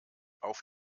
auf